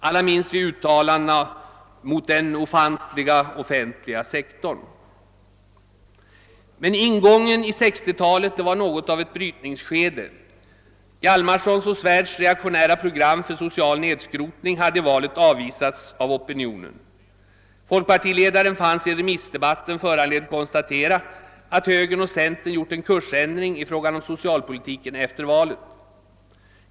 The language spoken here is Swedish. Alla minns vi uttalanden mot den »ofantliga» offentliga sektorn. Men ingången i 1960-talet var något av ett brytningsskede. Herr Hjalmarsons och herr Svärds reaktionära program för social nedskrotning hade i valet avvisats av opinionen. Folkpartiledaren fanns sig i remissdebatten föranlåten konstatera att högerpartiet och centerpartiet hade gjort en kursändring i fråga om socialpolitiken efter valet.